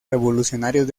revolucionarios